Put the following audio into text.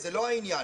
-- זה לא העניין.